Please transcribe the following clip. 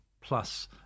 plus